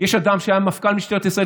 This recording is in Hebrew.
יש אדם שהיה מפכ"ל משטרת ישראל,